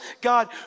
God